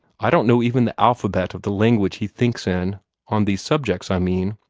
i don't know even the alphabet of the language he thinks in on these subjects, i mean.